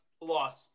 loss